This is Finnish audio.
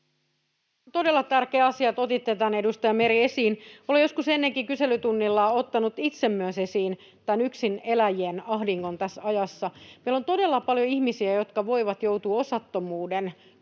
todella tärkeä asia, että otitte tämän, edustaja Meri, esiin. Olen joskus ennenkin kyselytunnilla ottanut itse myös esiin tämän yksineläjien ahdingon tässä ajassa. Meillä on todella paljon ihmisiä, jotka voivat joutua osattomuuden